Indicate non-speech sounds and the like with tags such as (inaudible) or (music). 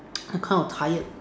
(noise) I kind of tired